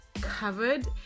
covered